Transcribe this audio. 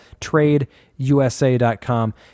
tradeusa.com